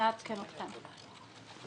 אעדכן אתכם.